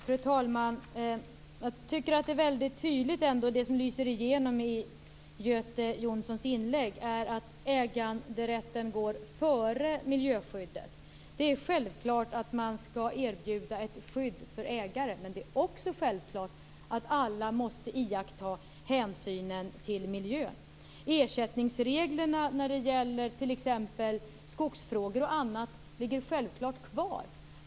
Fru talman! Jag tycker att det lyser igenom väldigt tydligt i Göte Jonssons inlägg att äganderätten går före miljöskyddet. Det är självklart att man skall erbjuda ett skydd för ägare, men det är också självklart att alla måste iaktta hänsynen till miljön. Ersättningsreglerna när det gäller t.ex. skogsfrågor och annat ligger självfallet kvar.